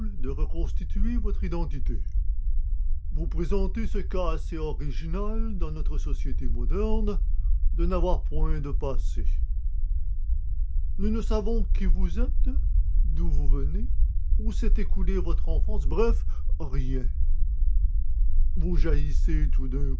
de reconstituer votre identité vous présentez ce cas assez original dans notre société moderne de n'avoir point de passé nous ne savons qui vous êtes d'où vous venez où s'est écoulée votre enfance bref rien vous jaillissez tout d'un